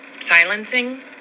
silencing